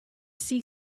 see